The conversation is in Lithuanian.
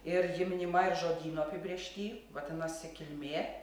ir ji minima ir žodyno apibrėžty vadinasi kilmė